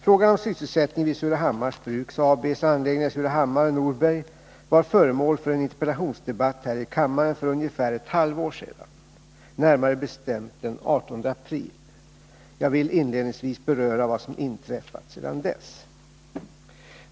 Frågan om sysselsättningen vid Surahammars Bruks AB:s anläggningar i Surahammar och Norberg var föremål för en interpellationsdebatt här i kammaren för ungefär ett halvår sedan, närmare bestämt den 18 april. Jag vill inledningsvis beröra vad som inträffat sedan dess.